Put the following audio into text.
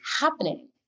happening